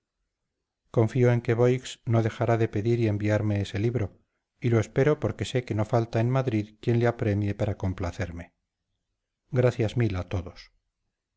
confío en que boix no dejará de pedir y enviarme ese libro y lo espero porque sé que no falta en madrid quien le apremie para complacerme gracias mil a todos